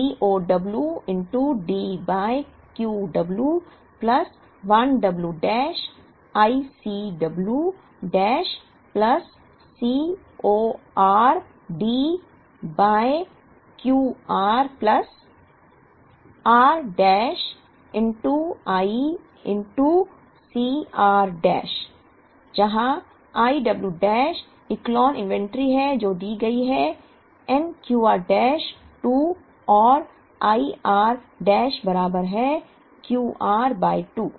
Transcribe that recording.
T C होगा C ow D by Q w plus I w dash i C w dash plus C o r D by Q r plus I r dash i C r dash जहाँ I w dash echelon inventory है जो दी गई है n Q r dash 2 और I r dash बराबर है Q r by 2